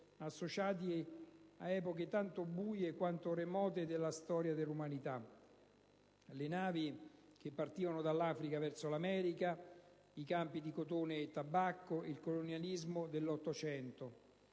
associati ad epoche tanto buie quanto remote della storia dell'umanità: le navi che partivano dall'Africa verso l'America, i campi di cotone e tabacco, il colonialismo dell'Ottocento.